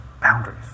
Boundaries